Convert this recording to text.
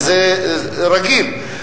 וזה רגיל.